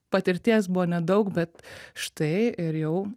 patirties buvo nedaug bet štai ir jau